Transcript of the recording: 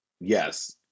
Yes